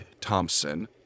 Thompson